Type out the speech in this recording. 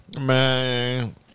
Man